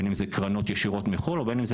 בין אם זה קרנות ישירות מחו"ל או בין אם זה